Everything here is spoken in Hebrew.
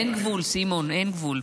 אין גבול, סימון, אין גבול.